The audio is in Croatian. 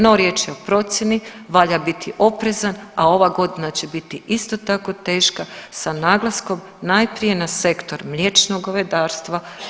No, riječ je o procjeni valja biti oprezan, a ova godina će biti isto tako teška s naglaskom najprije na sektor mliječnog govedarstva.